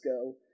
go